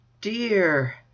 dear